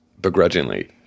begrudgingly